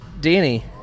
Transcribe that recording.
Danny